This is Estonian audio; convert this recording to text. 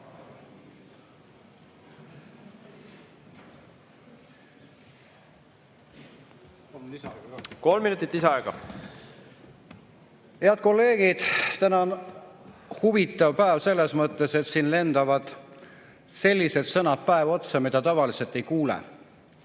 Kolm minutit lisaaega. Head kolleegid! Täna on huvitav päev selles mõttes, et siin lendavad sellised sõnad päev otsa, mida tavaliselt ei kuule.